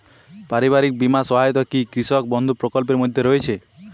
পারিবারিক বীমা সহায়তা কি কৃষক বন্ধু প্রকল্পের মধ্যে রয়েছে?